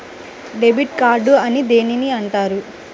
Debit card అని దేనిని అంటారు?